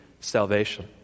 salvation